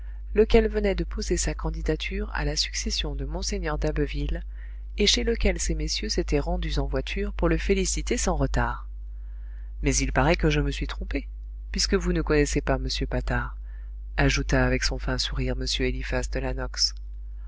lequel venait de poser sa candidature à la succession de mgr d'abbeville et chez lequel ces messieurs s'étaient rendus en voiture pour le féliciter sans retard mais il paraît que je me suis trompé puisque vous ne connaissez pas m patard ajouta avec son fin sourire m eliphas de